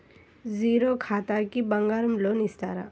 Zero ఖాతాకి బంగారం loan ఇస్తారా?